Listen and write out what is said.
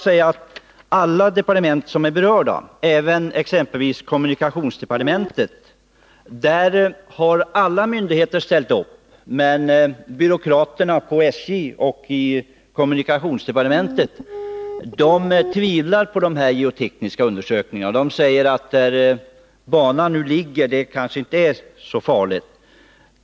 Alla berörda departement, även exempelvis kommunikationsdepartementet, har ställt upp, men byråkraterna i SJ och kommunikationsdepartementet tvivlar på de här geotekniska undersökningarna. Man säger att det kanske inte är så farligt där banan nu ligger.